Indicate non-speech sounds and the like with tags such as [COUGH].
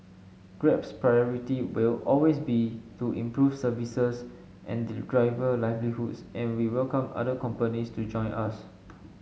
grab's priority will always be to improve services and [UNINTELLIGIBLE] driver livelihoods and we welcome other companies to join us